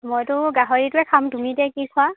মইতো গাহৰিটোৱে খাম তুমি এতিয়া কি খোৱা